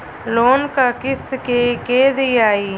Loan क किस्त के के दियाई?